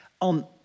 on